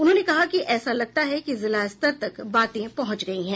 उन्होने कहा कि ऐसा लगता है कि जिला स्तर तक बाते पहुंच गयी हैं